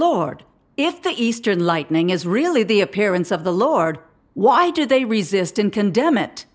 lord if the eastern lightning is really the appearance of the lord why do they resist and condemn it